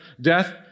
death